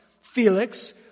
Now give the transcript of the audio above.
Felix